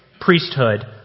priesthood